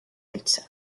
üldse